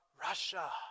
Russia